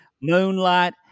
moonlight